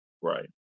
Right